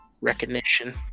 recognition